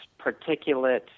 particulate